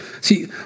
See